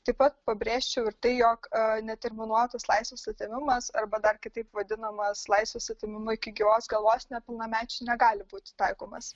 taip pat pabrėžčiau ir tai jog neterminuotas laisvės atėmimas arba dar kitaip vadinamas laisvės atėmimu iki gyvos galvos nepilnamečiui negali būti taikomas